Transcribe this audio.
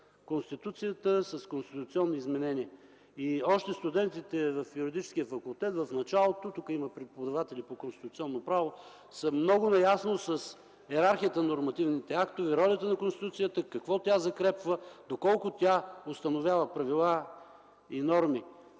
Конституцията с конституционни изменения. Още студентите в Юридическия факултет в началото – тук има преподаватели по Конституционно право – са много наясно с йерархията на нормативните актове, ролята на Конституцията, какво тя закрепва, доколко тя установява правила и норми.